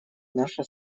наша